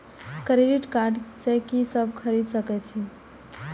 Credit card से की सब खरीद सकें छी?